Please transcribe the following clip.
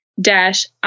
dash